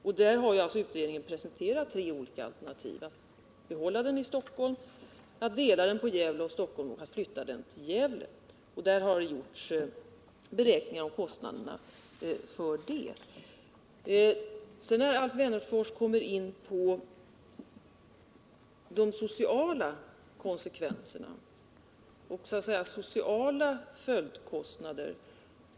På den punkten har utredningen presenterat tre olika alternativ — att behålla produktionen i Stockholm, att dela upp den på Gävle och Stockholm och att flytta den till Gävle — och gjort beräkningar av kostnaderna härför. Alf Wennerfors kom sedan in på de sociala konsekvenserna och ”sociala följdkostnader”.